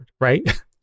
right